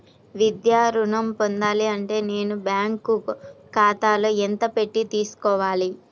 విద్యా ఋణం పొందాలి అంటే నేను బ్యాంకు ఖాతాలో ఎంత పెట్టి తీసుకోవాలి?